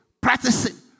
Practicing